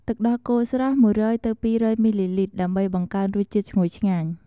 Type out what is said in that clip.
ទឹកដោះគោស្រស់ ១០០-២០០ មីលីលីត្រ ដើម្បីបង្កើនរសជាតិឈ្ងុយឆ្ងាញ់។